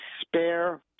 spare